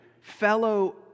fellow